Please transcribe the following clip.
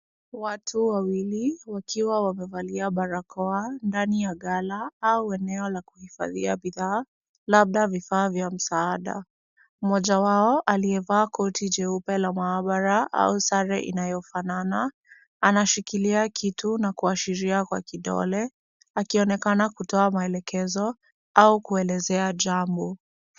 Watu wawili wakiwa wamevalia barakoa ndani ya ghala au eneo la kuhifadhia bidhaa, labda vifaa vya msaada. Mmoja wao aliyevaa koti jeupe la maabara au sare inayofanana, anashikilia kitu na kuashiria kwa kidole, akionekana kutoa maelekezo au kuelezea jambo.